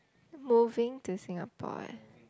moving to Singapore one